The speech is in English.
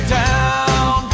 down